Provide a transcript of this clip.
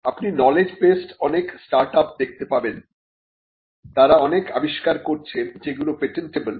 আপনি knowledge based অনেক startup দেখতে পাবেন তারা অনেক আবিষ্কার করছে যেগুলো পেটেন্টেবল